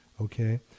okay